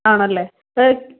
ആണല്ലേ അത്